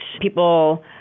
people